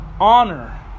honor